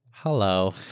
hello